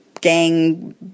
gang